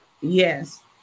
Yes